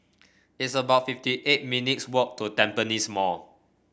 it's about fifty eight minutes' walk to Tampines Mall